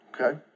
okay